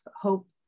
hope